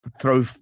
throw